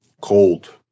Cold